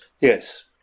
Yes